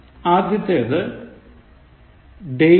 ആദ്യത്തേത് dailywritingtips